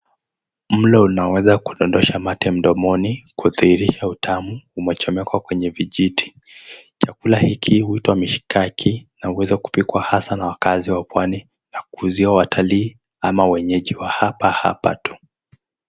Mlo unaweza kudondosha mate mdomoni kudhihirisha utamu umechomekwa kwenye vijiti. Chakula hiki huitwa mishikaki na huweza kupikwa hasa na wakaazi wa pwani na kuuziwa watalii ama wenyeji wa hapa hapa tu.